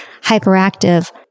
hyperactive